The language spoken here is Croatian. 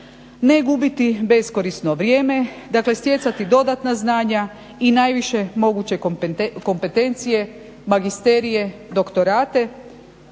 ne gubiti beskorisno vrijeme. Dakle, stjecati dodatna znanja i najviše moguće kompetencije, magisterije, doktorate